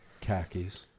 Khakis